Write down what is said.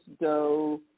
go